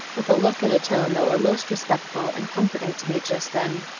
with a look and a tone that were most respectful and comforting to me just then.